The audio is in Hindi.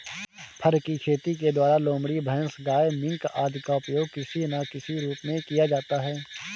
फर की खेती के द्वारा लोमड़ी, भैंस, गाय, मिंक आदि का उपयोग किसी ना किसी रूप में किया जाता है